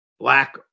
black